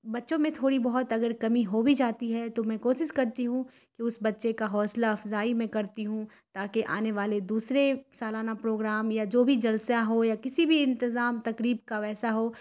بچوں میں تھوڑی بہت اگر کمی ہو بھی جاتی ہے تو میں کوشش کرتی ہوں کہ اس بچے کا حوصلہ افزائی میں کرتی ہوں تاکہ آنے والے دوسرے سالانہ پروگرام یا جو بھی جلسہ ہو یا کسی بھی انتظام تقریب کا ویسا ہو